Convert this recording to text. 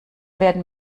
werden